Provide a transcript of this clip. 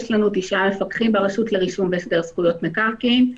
יש לנו תשעה מפקחים ברשות לרישום בהסדר זכויות מקרקעין,